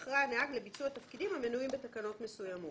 אחרי הנהג לביצוע תפקידים המנויים בתקנות מסוימות.